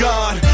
God